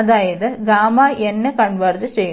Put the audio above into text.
അതായത് Γ കൺവെർജ് ചെയ്യുന്നു